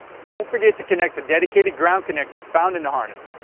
don't forget to connect the dedicated ground connectors found in the harness.